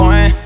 One